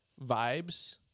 vibes